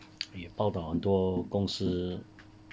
报道很多公司